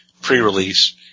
pre-release